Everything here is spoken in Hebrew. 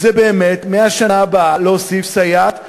היא להוסיף מהשנה הבאה סייעת לגני-הילדים.